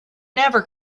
never